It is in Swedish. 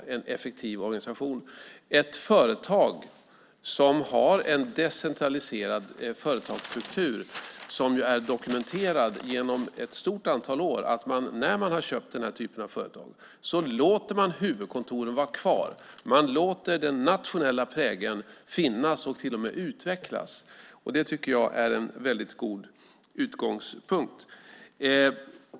Det är en effektiv organisation. Det är ett företag som har en decentraliserad företagskultur, som är dokumenterad genom ett stort antal år. När man har köpt den här typen av företag låter man huvudkontoren vara kvar. Man låter den nationella prägeln finnas och till och med utvecklas. Jag tycker att det är en väldigt god utgångspunkt.